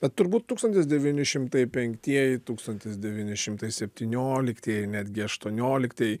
bet turbūt tūkstantis devyni šimtai penktieji tūkstantis devyni šimtai septynioliktieji netgi aštuonioliktieji